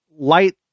light